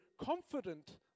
confident